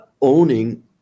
owning